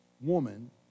woman